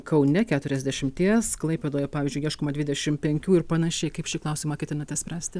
kaune keturiasdešimties klaipėdoje pavyzdžiui ieškoma dvidešimt penkių ir panašiai kaip šį klausimą ketinate spręsti